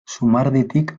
zumarditik